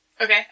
Okay